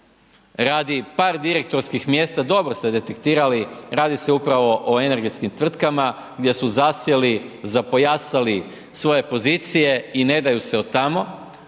radi par direktorskih mjesta, dobro ste detektirali, radi se upravo o energetskim tvrtkama gdje su zasjeli, zapojasali svoje pozicije i ne daju se od tamo.